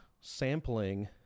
sampling